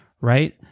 right